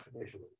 initially